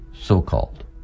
so-called